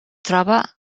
trobe